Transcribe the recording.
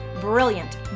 brilliant